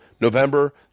November